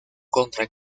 contra